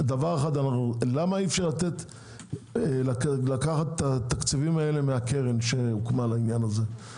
למה אי אפשר לקחת את התקציבים האלה מהקרן שהוקמה לעניין הזה?